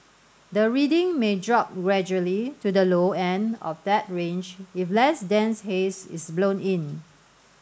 the reading may drop gradually to the low end of that range if less dense haze is blown in